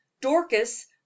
dorcas